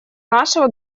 нашего